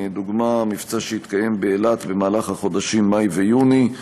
לדוגמה המבצע שהתקיים באילת במהלך החודשים מאי ויוני.